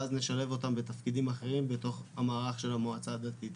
ואז נשלב אותם בתפקידים אחרים בתוך המערך של המועצה הדתית.